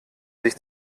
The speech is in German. sich